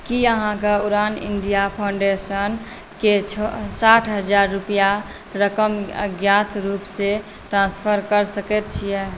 कि अहाँ उड़ान इण्डिया फाउण्डेशनकेँ साठि हजार रुपैयाके रकम अज्ञात रूपसँ ट्रान्सफर कऽ सकै छिए